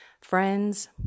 friends